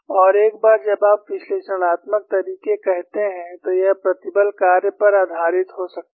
और एक बार जब आप विश्लेषणात्मक तरीके कहते हैं तो यह प्रतिबल कार्य पर आधारित हो सकता है